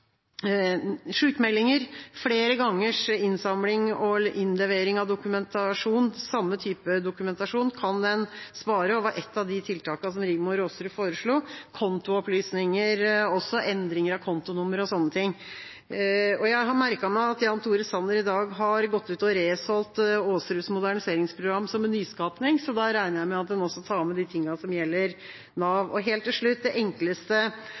flere gangers innsamling og innlevering av dokumentasjon – samme type dokumentasjon – kan en spare og var et av de tiltakene Rigmor Aasrud foreslo, og kontoopplysninger og endring av kontonummer og sånne ting. Jeg har merket meg at Jan Tore Sanner i dag har gått ut og resolgt Aasruds moderniseringsprogram som en nyskaping, så da regner jeg med at en også tar med de tingene som gjelder Nav. Helt til slutt: Det enkleste